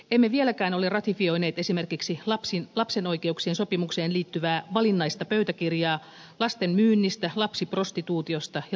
emme vieläkään ole ratifioineet esimerkiksi lapsen oikeuksien sopimukseen liittyvää valinnaista pöytäkirjaa lasten myynnistä lapsiprostituutiosta ja lapsipornografiasta